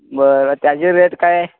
बरं त्याचे रेट काय आहे